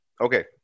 Okay